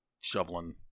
shoveling